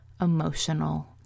emotional